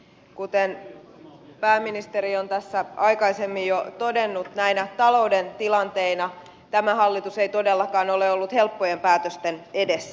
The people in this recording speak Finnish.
kuten pääministeri on tässä aikaisemmin jo todennut näissä talouden tilanteissa tämä hallitus ei todellakaan ole ollut helppojen päätösten edessä